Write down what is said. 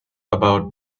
about